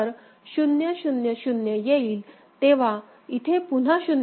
तर 0 0 0 येईल तेव्हा इथे पुन्हा 0 येईल